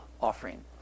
offering